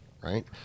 right